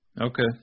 Okay